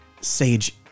Sage